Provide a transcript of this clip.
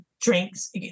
drinks